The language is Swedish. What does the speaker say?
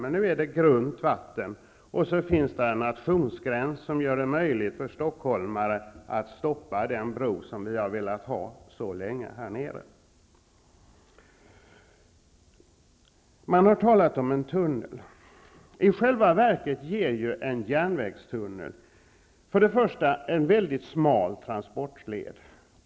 Nu är det grunt vatten, och så finns där en nationsgräns som gör det möjligt för stockholmare att stoppa den bro som vi har velat ha så länge här nere. Det har talats om en tunnel. I själva verket ger en järnvägstunnel en mycket smal transportled.